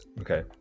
Okay